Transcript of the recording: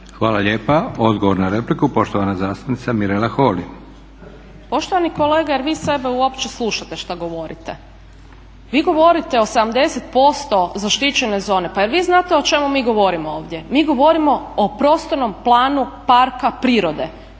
Hvala lijepa. Odgovor na repliku poštovana zastupnica Mirela Holy. **Holy, Mirela (ORaH)** Poštovani kolega jer vi sebe uopće slušate šta govorite? Vi govorite o 70% zaštićene zone, pa jer vi znate o čemu mi govorimo ovdje? Mi govorimo o prostornom planu parka prirode.